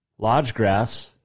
Lodgegrass